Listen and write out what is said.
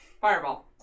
Fireball